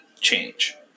change